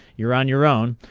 you're on your own.